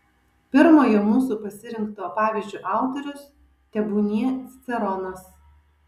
pirmojo mūsų pasirinkto pavyzdžio autorius tebūnie ciceronas